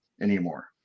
anymore